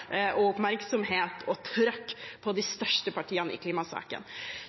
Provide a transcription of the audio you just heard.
og oppmerksomhet og trøkk på de største partiene i klimasaken.